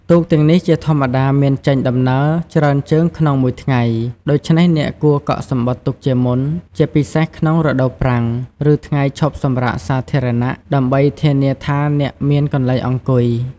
ទូកទាំងនេះជាធម្មតាមានចេញដំណើរច្រើនជើងក្នុងមួយថ្ងៃ ដូច្នេះអ្នកគួរកក់សំបុត្រទុកជាមុន ជាពិសេសក្នុងរដូវប្រាំង ឬថ្ងៃឈប់សម្រាកសាធារណៈ ដើម្បីធានាថាអ្នកមានកន្លែងអង្គុយ។